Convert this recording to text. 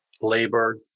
labor